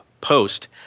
post